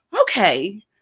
okay